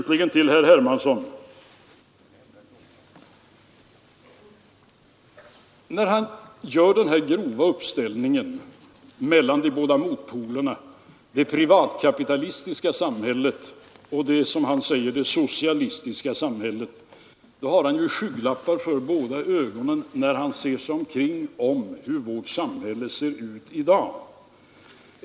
Till herr Hermansson slutligen: När han gör den grova uppställningen mellan de båda motpolerna det privatkapitalistiska samhället och det, som han säger, socialistiska samhället, har han ju skygglappar för båda ögonen när han ser sig omkring på hur vårt samhälle ser ut i dag.